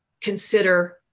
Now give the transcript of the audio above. consider